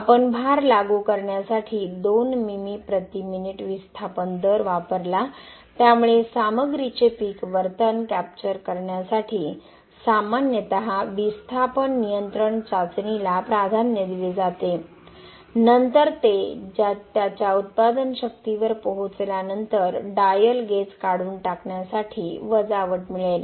आपण भार लागू करण्यासाठी 2 मिमी प्रति मिनिट विस्थापन दर वापरला त्यामुळे सामग्रीचे पीक वर्तन कॅप्चर करण्यासाठी सामान्यत विस्थापन नियंत्रण चाचणीला प्राधान्य दिले जाते नंतर ते त्याच्या उत्पादन शक्तीवर पोहोचल्यानंतर डायल गेज काढून टाकण्यासाठी वजावट मिळेल